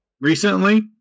Recently